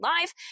live